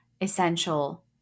essential